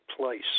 place